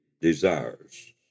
desires